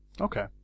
Okay